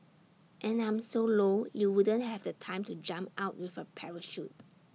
and I'm so low you wouldn't have the time to jump out with A parachute